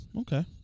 Okay